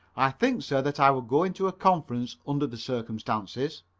i think, sir, that i would go into a conference, under the circumstances.